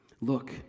Look